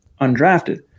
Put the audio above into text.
undrafted